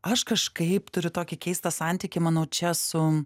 aš kažkaip turiu tokį keistą santykį manau čia su